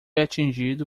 atingido